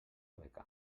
beca